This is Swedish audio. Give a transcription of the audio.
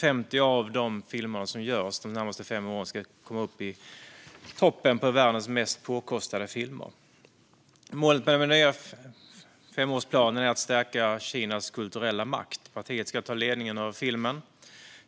50 av de filmer som görs de närmaste fem åren ska komma upp i toppen av världens mest påkostade filmer. Målet med den nya femårsplanen är att stärka Kinas kulturella makt. Partiet ska ta ledningen över filmen.